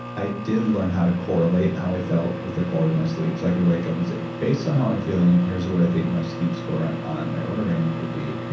i did learn how to correlate how i felt with the quality of my sleep, so i could wake up and say, based on how i'm feeling, here's what i think my sleep score and on my oura ring would be. yeah